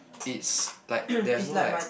it's like there's no like